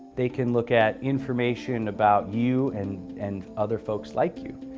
they can look at information about you and and other folks like you,